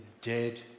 dead